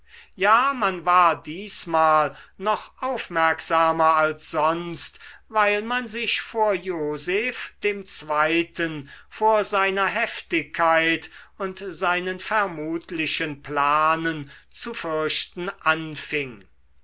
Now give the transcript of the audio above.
ja man war diesmal noch aufmerksamer als sonst weil man sich vor joseph dem zweiten vor seiner heftigkeit und seinen vermutlichen planen zu fürchten anfing